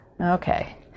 okay